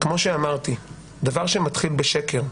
כמו שאמרתי, דבר שמתחיל בשקר,